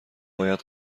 باید